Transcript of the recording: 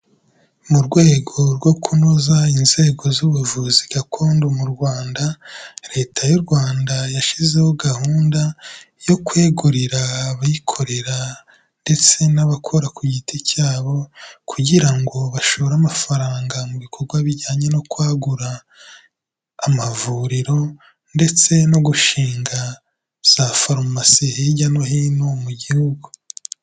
Mu rwego rwo kunoza inzego z'ubuvuzi gakondo mu Rwanda, Leta y'u Rwanda yashyizeho gahunda, yo kwegurira abikorera ndetse n'abakora ku giti cyabo kugira ngo bashore amafaranga mu bikorwa bijyanye no kwagura amavuriro ndetse no gushinga za Farumasi hirya no hino mu gihugu.